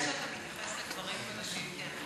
אני רוצה רק לציין שאתה מתייחס לגברים ונשים כאחד,